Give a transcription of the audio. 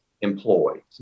employees